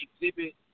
exhibit